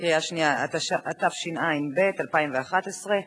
התשע"ב 2011,